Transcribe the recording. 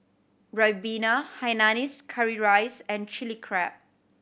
ribena hainanese curry rice and Chilli Crab